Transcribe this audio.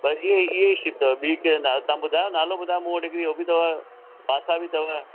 बसि इहेई इहेई फ़िश अथव ॿी कहिड़ो नालो नालो तव्हां ॿुधायो मूं वटि हिकिड़ी हो बि अथव बासा बि अथव